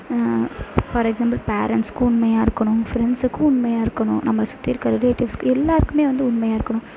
for example பேரண்ட்ஸ்க்கு உண்மையாக இருக்கணும் ஃபிரண்ட்ஸுக்கு உண்மையாக இருக்கணும் நம்மளை சுற்றி இருக்கிற ரிலேட்டிவ்ஸ்க்கு எல்லாேருக்குமே வந்து உண்மையாக இருக்கணும்